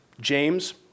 James